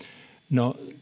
no